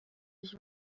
sich